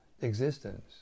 existence